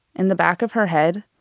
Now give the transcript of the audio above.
in the back of her head,